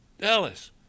Dallas